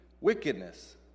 wickedness